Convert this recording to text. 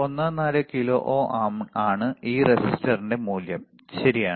14 kilo ohm ആണ് ഈ റെസിസ്റ്ററിന്റെ മൂല്യം ശരിയാണ്